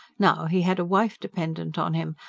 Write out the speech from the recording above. now, he had a wife dependent on him,